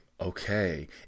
okay